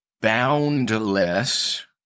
boundless